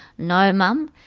no, mum'.